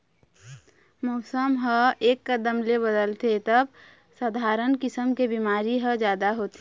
मउसम ह एकदम ले बदलथे तब सधारन किसम के बिमारी ह जादा होथे